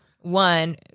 one